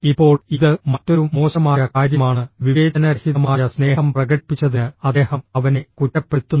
ഇപ്പോൾ ഇത് മറ്റൊരു മോശമായ കാര്യമാണ് വിവേചനരഹിതമായ സ്നേഹം പ്രകടിപ്പിച്ചതിന് അദ്ദേഹം അവനെ കുറ്റപ്പെടുത്തുന്നു